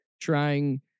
trying